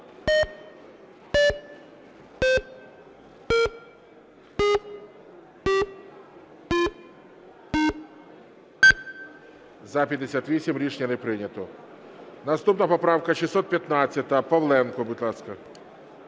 За-58 Рішення не прийнято. Наступна поправка 615. Павленко, будь ласка.